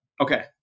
Okay